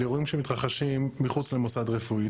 אלו אירועים שמתרחשים מחוץ למוסד רפואי.